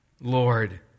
Lord